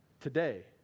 Today